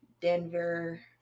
denver